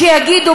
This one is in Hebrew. לא שום דבר,